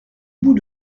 bout